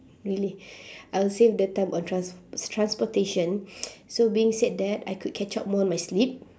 really I will save the time on trans~ transportation so being said that I could catch up more on my sleep